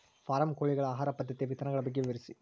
form ಕೋಳಿಗಳ ಆಹಾರ ಪದ್ಧತಿಯ ವಿಧಾನಗಳ ಬಗ್ಗೆ ವಿವರಿಸಿ